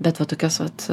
bet va tokios vat